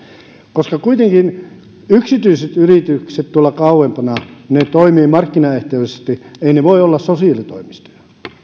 tähän kuitenkin yksityiset yritykset tuolla kauempana toimivat markkinaehtoisesti eivätkä ne voi olla sosiaalitoimistoja